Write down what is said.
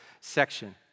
section